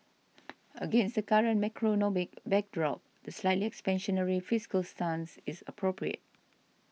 against the current macroeconomic backdrop the slightly expansionary fiscal stance is appropriate